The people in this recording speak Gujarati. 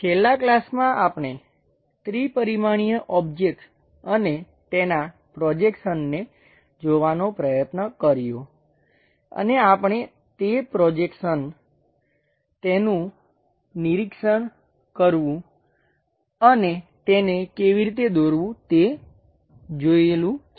છેલ્લા ક્લાસમાં આપણે ત્રિ પરિમાણીય ઓબ્જેક્ટ્સ અને તેના પ્રોજેક્શનને જોવાનો પ્રયત્ન કર્યો અને આપણે તે પ્રોજેક્શન તેનું નિરીક્ષણ કરવું અને તેને કેવી રીતે દોરવું તે જોઈશું છે